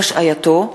עם השעייתו,